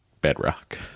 bedrock